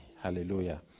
Hallelujah